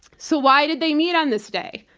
so why did they meet on this day?